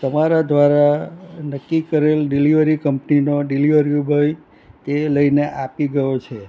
તમારા દ્વારા નક્કી કરેલ ડિલિવરી કંપનીનો ડિલિવરી બોય તે લઈને આપી ગયો છે